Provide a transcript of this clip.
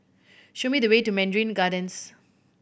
show me the way to Mandarin Gardens